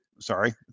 sorry